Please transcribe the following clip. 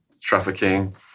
trafficking